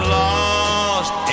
lost